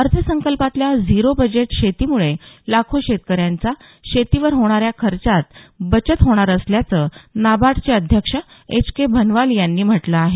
अर्थसंकल्पातल्या zero budget शेती मुळे लाखो शेतकऱ्याचा शेतीवर होणाऱ्या खर्चात बचत होणार असल्याचं नाबार्डचे अध्यक्ष एच के भनवाल यांनी म्हटलं आहे